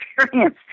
experience